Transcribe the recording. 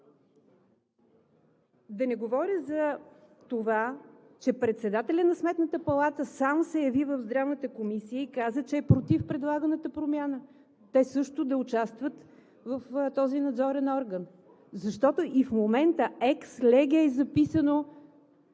Да не говоря за това, че председателят на Сметната палата сам се яви в Здравната комисия и каза, че е против предлаганата промяна те също да участват в този надзорен орган, защото и в момента екс леге е записано,